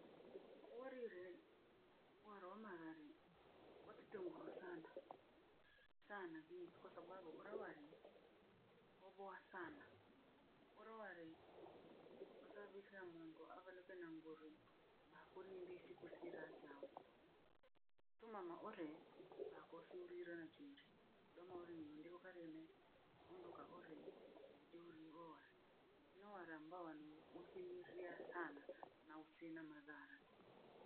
Urire waromarare wakitunguru sana sana bhi kwa sababu orobhalimu obhoha sana. Oroware osababisha mongo abhaloke na nguru maakurindi siku sira shangutoku. Tumama ole bhakusurira jinji domo rii ondigokareme ohondoka ore rujoro ngoha noarambowa no uhimilia sana na usina madhara toho.